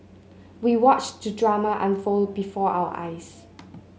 we watched the drama unfold before our eyes